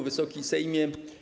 Wysoki Sejmie!